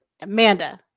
Amanda